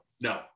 No